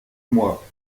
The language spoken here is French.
moi